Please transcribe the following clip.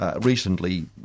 Recently